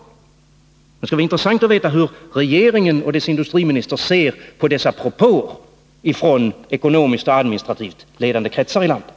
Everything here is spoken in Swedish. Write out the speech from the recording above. Det skulle vara intressant att få veta hur regeringen och dess industriminister ser på dessa propåer från ekonomiskt och administrativt ledande kretsar i landet.